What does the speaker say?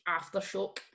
Aftershock